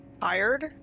Tired